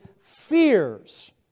fears